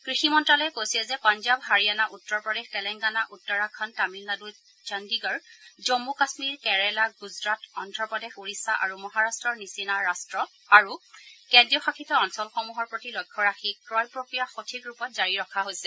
কৃষি মন্ত্যালয়ে কৈছে যে পঞ্জাৱ হাৰিয়ানা উত্তৰ প্ৰদেশ তেলেংগানা উত্তৰাখণ্ড তামিলনাড় চণ্ডীগড় জম্মু কাশ্মীৰ কেৰালা গুজৰাট অদ্ৰপ্ৰদেশ ওড়িশ্যা আৰু মহাৰাট্টৰ নিচিনা ৰাজ্য আৰু কেন্দ্ৰীয় শাসিত অঞ্চলসমূহৰ প্ৰতি লক্ষ্য ৰাখি ক্ৰয় প্ৰক্ৰিয়া সঠিক ৰূপত জাৰি ৰখা হৈছে